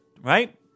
right